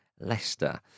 Leicester